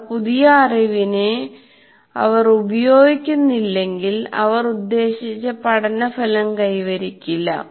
അവർ പുതിയ അറിവിനെ അവർ ഉപയോഗിക്കുന്നില്ലെങ്കിൽ അവർ ഉദ്ദേശിച്ച പഠന ഫലം കൈവരിക്കില്ല